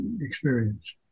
experience